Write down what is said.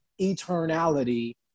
eternality